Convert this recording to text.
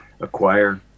Acquire